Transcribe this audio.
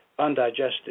undigested